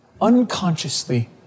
unconsciously